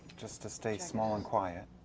just to stay small and quiet.